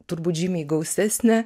turbūt žymiai gausesnę